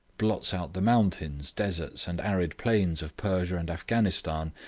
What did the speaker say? blots out the mountains, deserts, and arid plains of persia and afghanistan,